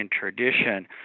tradition